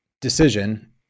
decision